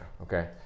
okay